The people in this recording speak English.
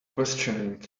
questioning